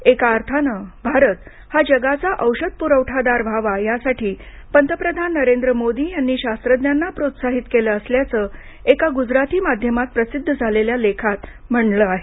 एका अर्थानं भारत हा जगाचा औषध पुरवठादार व्हावा यासाठी पंतप्रधान नरेंद्र मोदी यांनी शास्त्रज्ञांना प्रोत्साहित केलं असल्याचं एका गुजराती माध्यमात प्रसिद्ध झालेल्या लेखात म्हटलं आहे